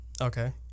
Okay